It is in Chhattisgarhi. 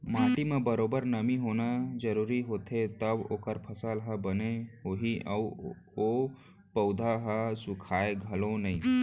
माटी म बरोबर नमी होना जरूरी होथे तव ओकर फसल ह बने होही अउ ओ पउधा ह सुखाय घलौ नई